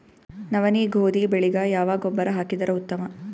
ನವನಿ, ಗೋಧಿ ಬೆಳಿಗ ಯಾವ ಗೊಬ್ಬರ ಹಾಕಿದರ ಉತ್ತಮ?